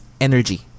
energy